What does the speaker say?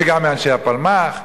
וגם מאנשי הפלמ"ח,